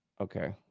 Okay